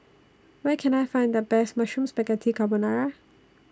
Where Can I Find The Best Mushroom Spaghetti Carbonara